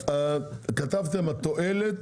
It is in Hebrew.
כתבתם התועלת.